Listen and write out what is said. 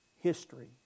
history